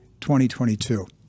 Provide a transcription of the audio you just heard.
2022